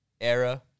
era